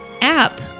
app